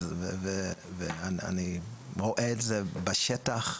ואני רואה את זה בשטח,